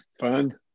Fun